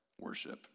worship